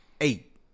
Eight